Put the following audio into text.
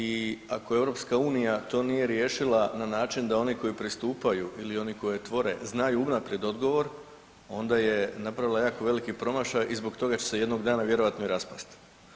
I ako EU to nije riješila na način da oni koji pristupaju ili oni koji tvore znaju unaprijed odgovor onda je napravila jako veliki promašaj i zbog toga će se jednog dana vjerojatno i raspasti.